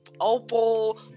opal